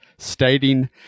stating